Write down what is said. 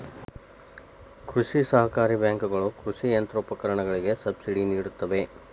ಕೃಷಿ ಸಹಕಾರಿ ಬ್ಯಾಂಕುಗಳ ಕೃಷಿ ಯಂತ್ರೋಪಕರಣಗಳಿಗೆ ಸಬ್ಸಿಡಿ ನಿಡುತ್ತವೆ